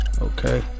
okay